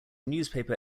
newspaper